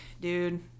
Dude